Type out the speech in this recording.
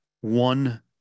one